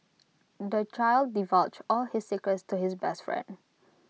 the child divulged all his secrets to his best friend